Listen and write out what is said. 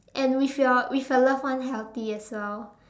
and with your with your loved one healthy as well